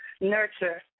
nurture